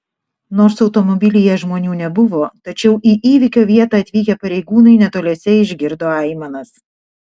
nors automobilyje žmonių nebuvo tačiau į įvykio vietą atvykę pareigūnai netoliese išgirdo aimanas